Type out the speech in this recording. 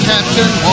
Captain